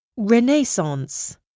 Renaissance